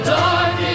dark